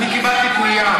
ילדים שלנו,